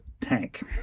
tank